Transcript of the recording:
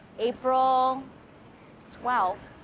april twelfth,